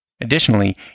Additionally